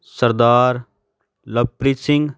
Sardar Lovepreet Singh